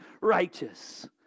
righteous